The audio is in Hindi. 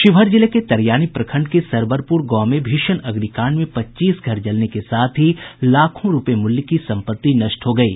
शिवहर जिले के तरियानी प्रखंड के सरवरप्र गांव में भीषण अग्निकांड में पच्चीस घर जलने के साथ ही लाखों रूपये मूल्य की सम्पत्ति नष्ट हो गयी